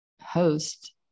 host